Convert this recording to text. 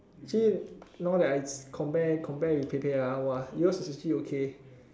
actually now that I compare compare with Pei-Pei ah !wah! yours is actually okay